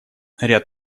ряд